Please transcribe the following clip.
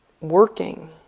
Working